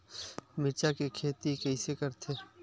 मिरचा के खेती कइसे करथे?